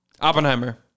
Oppenheimer